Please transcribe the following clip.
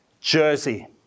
Jersey